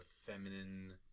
feminine